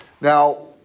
now